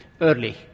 early